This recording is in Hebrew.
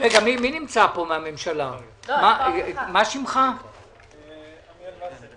הגדרת אזורים שבהם שיעור מסתננים גבוה כאזורי עדיפות לאומית,